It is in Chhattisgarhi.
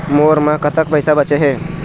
मोर म कतक पैसा बचे हे?